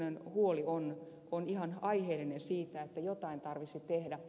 sirnön huoli on ihan aiheellinen siitä että jotain tarvitsisi tehdä